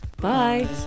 Bye